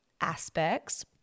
aspects